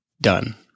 done